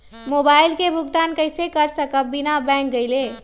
Mobile के भुगतान कईसे कर सकब बिना बैंक गईले?